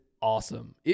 awesome